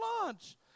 launch